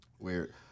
Weird